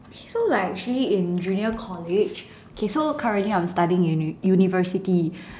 okay so like actually in junior college K so currently I'm studying uni~ university